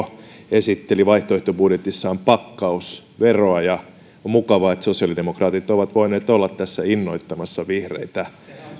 esitteli vaihtoehtobudjetissaan pakkausveroa on mukavaa että sosiaalidemokraatit ovat voineet olla tässä innoittamassa vihreitä